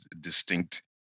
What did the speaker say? distinct